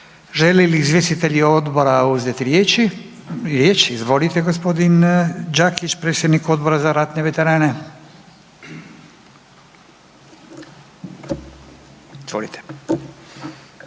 Želi li izvjestitelji odbora uzeti riječ? Izvolite g. Đakić predsjednik Odbora za ratne veterane. **Đakić,